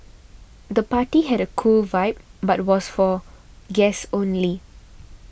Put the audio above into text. the party had a cool vibe but was for guests only